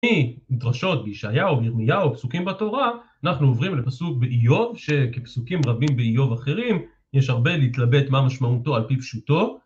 מדרשות בישעיהו, בירמיהו, פסוקים בתורה, אנחנו עוברים לפסוק באיוב שכפסוקים רבים באיוב אחרים יש הרבה להתלבט מה משמעותו על פי פשוטו